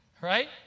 Right